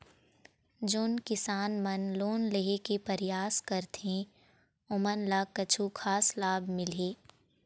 जोन किसान मन लोन लेहे के परयास करथें ओमन ला कछु खास लाभ मिलही?